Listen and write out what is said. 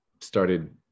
started